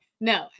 no